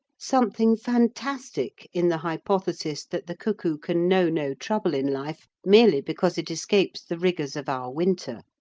something fantastic in the hypothesis that the cuckoo can know no trouble in life, merely because it escapes the rigours of our winter.